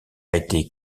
été